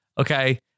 Okay